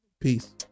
peace